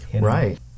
Right